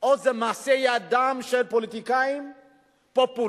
או זה מעשה ידם של פוליטיקאים פופוליסטים,